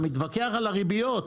אתה מתווכח על הריביות,